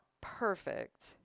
perfect